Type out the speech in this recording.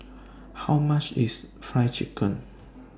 How much IS Fried Chicken